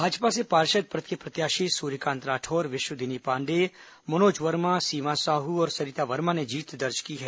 भाजपा से पार्षद पद के प्रत्याशी सूर्यकांत राठौर विश्वदिनी पांडेय मनोज वर्मा सीमा साहू और सरिता वर्मा ने जीत दर्ज की है